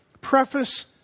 preface